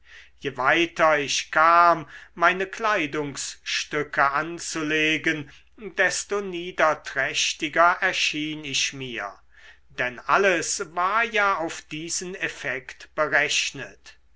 je weiter ich kam meine kleidungsstücke anzulegen desto niederträchtiger erschien ich mir denn alles war ja auf diesen effekt berechnet